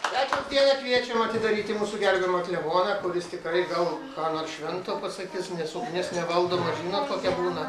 pečiaus dieną kviečiam atidaryti mūsų gerbiamą kleboną kuris tikrai gal ką nors švento pasakys nes su nes nevaldoma žinot kokia būna